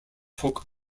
took